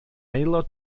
aelod